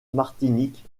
martinique